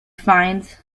finds